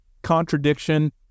contradiction